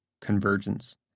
convergence